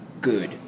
good